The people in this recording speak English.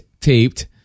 taped